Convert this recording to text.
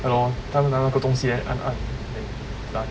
ya lor 他们拿的那个东西 then 按按 then done